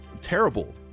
terrible